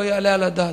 לא יעלה על הדעת.